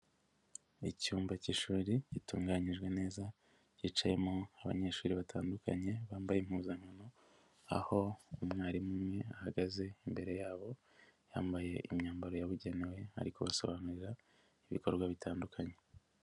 Icyumba cy'ishuri gitunganyijwe neza, cyicayemo abanyeshuri batandukanye bambaye impuzankano, aho umwarimu umwe ahagaze imbere yabo, yambaye imyambaro yabugenewe, ari kubasobanurira ibikorwa bitandukanye.